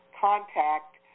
contact